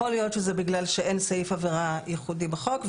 יכול להיות בגלל שאין לזה סעיף עבירה ייחודי בחוק.